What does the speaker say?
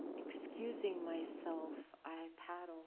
excusing myself, i paddle